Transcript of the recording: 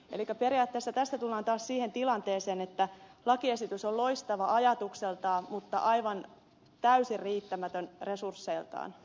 elikkä periaatteessa tästä tullaan taas siihen tilanteeseen että lakiesitys on loistava ajatukseltaan mutta aivan täysin riittämätön resursseiltaan